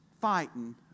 fighting